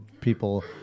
people